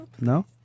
no